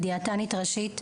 היא דיאטנית ראשית,